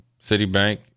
Citibank